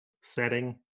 setting